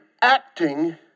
acting